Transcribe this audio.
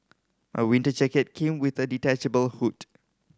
my winter jacket came with the detachable hood